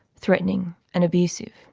threatening and abusive.